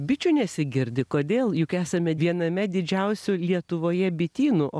bičių nesigirdi kodėl juk esame viename didžiausių lietuvoje bitynų o